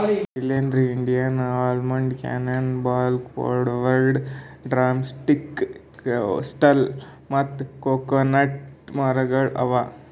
Shailendra, Indian almond, cannon ball, coralwood, drumstick, coastal ಮತ್ತ coconut ಮರಗೊಳ್ ಅವಾ